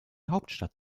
hauptstadt